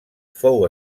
fou